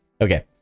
Okay